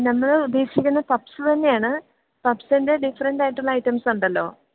നമ്മൾ ഉദ്ദേശിക്കുന്നത് പഫ്സ് തന്നെയാണ് പഫ്സിൻ്റെ ഡിഫറൻറ്റായിട്ടുള്ള ഐറ്റംസുണ്ടല്ലോ